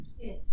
Yes